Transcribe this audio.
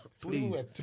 please